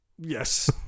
yes